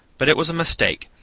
but it was a mistake.